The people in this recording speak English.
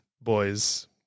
Boys